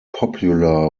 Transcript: popular